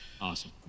awesome